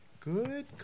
Good